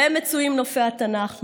בהן מצויים נופי התנ"ך,